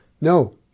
No